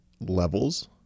levels